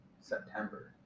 September